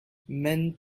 men